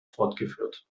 fortgeführt